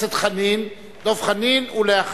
חבר הכנסת דב חנין, ואחריו,